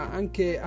anche